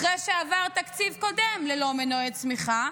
אחרי שעבר תקציב קודם ללא מנועי צמיחה,